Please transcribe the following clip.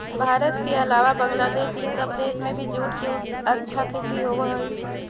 भारत के अलावा बंग्लादेश इ सब देश में भी जूट के अच्छा खेती होवऽ हई